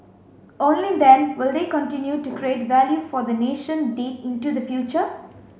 only then will they continue to create value for the nation deep into the future